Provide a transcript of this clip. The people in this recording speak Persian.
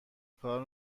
کار